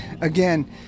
again